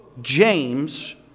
James